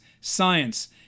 science